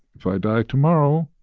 if i die tomorrow,